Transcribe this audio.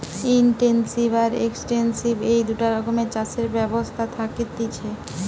intensive আর extensive এই দুটা রকমের চাষের ব্যবস্থা থাকতিছে